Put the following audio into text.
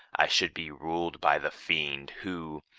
i should be ruled by the fiend, who,